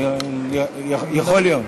יכול להיות.